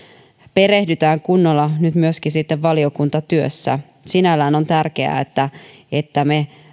perehdytään kunnolla nyt myöskin sitten valiokuntatyössä sinällään on tärkeää että että me